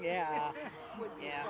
yeah yeah